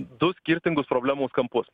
du skirtingus problemo kampus